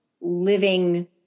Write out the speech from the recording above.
living